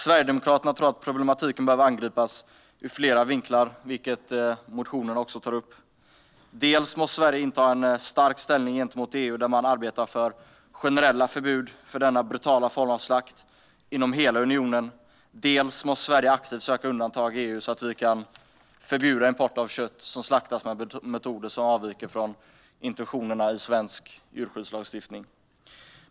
Sverigedemokraterna tror att problematiken behöver angripas ur flera vinklar, vilket motionen tar upp. Dels måste Sverige inta en stark hållning gentemot EU och arbeta för generella förbud mot denna brutala form av slakt inom hela unionen; dels måste Sverige aktivt söka undantag i EU så att vi kan förbjuda import av kött som slaktats med metoder som avviker från intentionerna i svensk djurskyddslagstiftning.